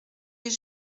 est